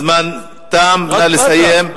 הזמן תם, נא לסיים.